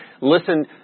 listen